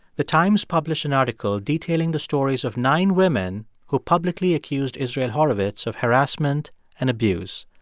the times published an article detailing the stories of nine women who publicly accused israel horovitz of harassment and abuse.